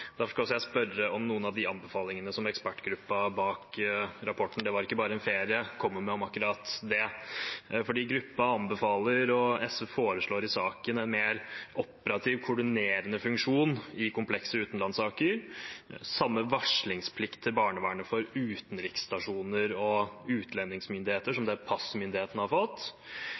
Derfor skal jeg spørre om noen av anbefalingene ekspertgruppen bak rapporten «Det var ikke bare ferie» kommer med om akkurat det. Gruppen anbefaler, og SV foreslår i saken, en mer operativ koordinerende funksjon i komplekse utenlandssaker, samme varslingsplikt til barnevernet for utenriksstasjoner og utlendingsmyndigheter som passmyndighetene har fått,